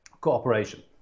cooperation